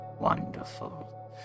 wonderful